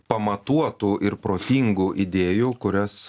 pamatuotų ir protingų idėjų kurias